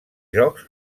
jocs